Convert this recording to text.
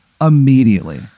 immediately